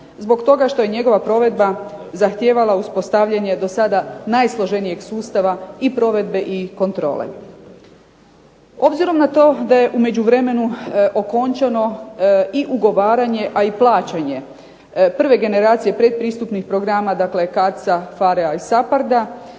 zbog toga što je njegova provedba zahtijevala uspostavljanje do sada najsloženijeg sustava i provedbe i kontrole. Obzirom na to da je u međuvremenu okončano i ugovaranje, a i plaćanje prve generacije pretpristupnih programa, dakle CARDS-a, PHARE-a i SAPARD-a,